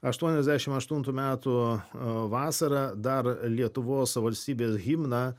aštuoniasdešimt aštuntų metų vasarą dar lietuvos valstybės himną